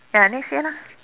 ya next year lah